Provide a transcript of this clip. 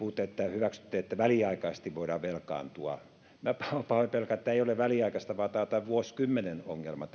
hyväksytte että väliaikaisesti voidaan velkaantua minä pahoin pelkään että tämä ei ole väliaikaista vaan velkaantuminen on tämän vuosikymmenen ongelma